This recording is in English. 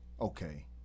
Okay